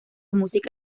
música